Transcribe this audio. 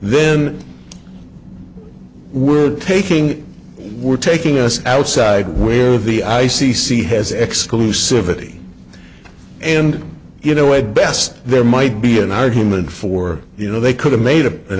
then we're taking we're taking us outside where the i c c has exclusivity and you know at best there might be an argument for you know they could have made a an